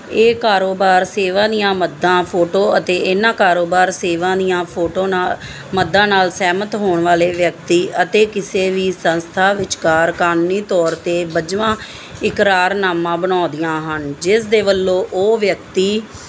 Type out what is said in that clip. ਇਹ ਕਾਰੋਬਾਰ ਸੇਵਾ ਦੀਆਂ ਮੱਦਾਂ ਫੋਟੋ ਅਤੇ ਇਹਨਾਂ ਕਾਰੋਬਾਰ ਸੇਵਾ ਦੀਆਂ ਫੋਟੋ ਨਾਲ ਮੱਦਾਂ ਨਾਲ ਸਹਿਮਤ ਹੋਣ ਵਾਲੇ ਵਿਅਕਤੀ ਅਤੇ ਕਿਸੇ ਵੀ ਸੰਸਥਾ ਵਿਚਕਾਰ ਕਾਨੂੰਨੀ ਤੌਰ ਤੇ ਵੱਜਵਾਂ ਇਕਰਾਰਨਾਮਾ ਬਣਾਉਦੀਆਂ ਹਨ ਜਿਸ ਦੇ ਵੱਲੋਂ ਉਹ ਵਿਅਕਤੀ